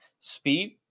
speed